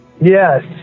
Yes